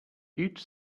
each